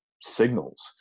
signals